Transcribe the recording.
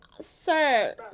sir